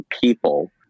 people